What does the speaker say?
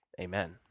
Amen